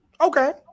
Okay